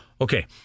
Okay